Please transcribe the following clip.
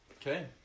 Okay